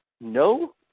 No